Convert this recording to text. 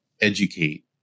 educate